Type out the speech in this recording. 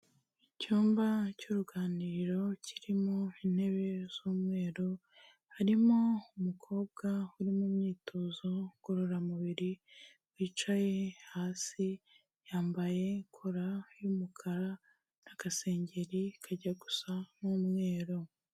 Icyumba cy'uruganiriro kirimo intebe z'umweru, harimo umukobwa uri mu imyitozo ngororamubiri wicaye hasi, yambaye kora y'umukara n'agasengeri kajya gusa n'umweru.